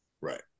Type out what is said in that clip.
right